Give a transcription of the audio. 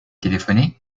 téléphoné